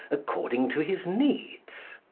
according to his needs.